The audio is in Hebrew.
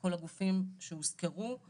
כל הגופים שהוזכרו,